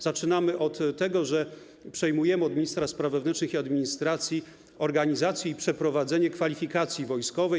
Zaczynamy od tego, że przejmujemy od ministra spraw wewnętrznych i administracji organizację i przeprowadzenie kwalifikacji wojskowej.